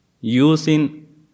using